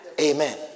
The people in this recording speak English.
Amen